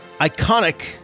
Iconic